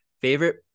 favorite